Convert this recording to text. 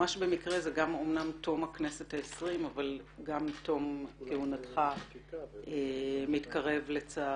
ממש במקרה זה גם אמנם תום הכנסת ה-20 אבל גם תום כהונתך שמתקרב לצערי,